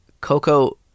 Coco